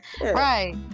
Right